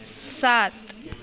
सात